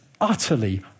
utterly